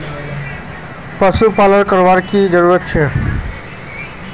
पशुपालन करना की जरूरी जाहा?